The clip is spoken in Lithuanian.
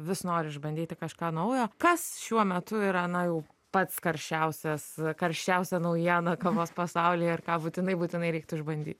vis nori išbandyti kažką naujo kas šiuo metu yra na jau pats karščiausias karščiausia naujiena kavos pasaulyje ir ką būtinai būtinai reiktų išbandyt